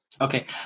okay